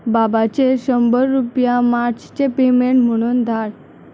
बाबाचेर शंबर रुपया मार्चचें पेमेंट म्हुणून धाड